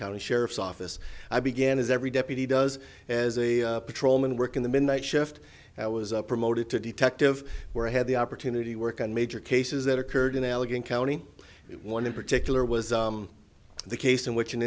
county sheriff's office i began as every deputy does as a patrolman working the midnight shift i was promoted to detective where i had the opportunity to work on major cases that occurred in allegheny county one in particular was the case in which an